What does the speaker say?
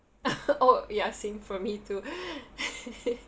oh ya same for me too